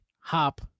Hop